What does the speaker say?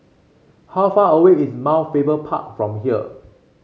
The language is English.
how far away is Mount Faber Park from here